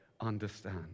understand